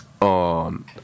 on